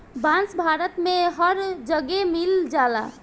बांस भारत में हर जगे मिल जाला